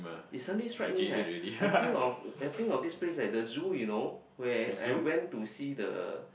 it suddenly strike me right I think of I think of this place right the zoo you know where I went to see the